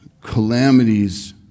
calamities